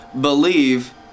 believe